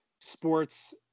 sports